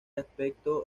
aspecto